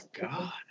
God